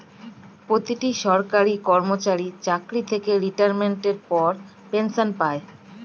প্রতিটি সরকারি কর্মচারী চাকরি থেকে রিটায়ারমেন্টের পর পেনশন পায়